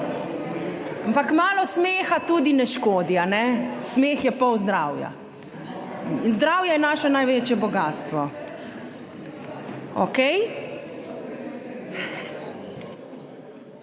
Ampak malo smeha tudi ne škodi, ali ne? Smeh je pol zdravja in zdravje je naše največje bogastvo. Okej.